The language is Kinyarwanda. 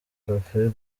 cafe